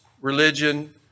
religion